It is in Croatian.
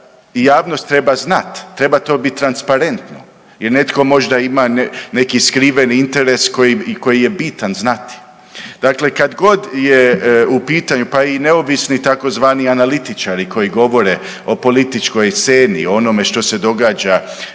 javnost treba znati, treba to biti transparentno. Jer netko možda ima neki skriveni interes koji je bitan znati. Dakle, kad god je u pitanju pa i neovisni, tzv. analitičari koji govore o političkoj sceni, o onome što se događa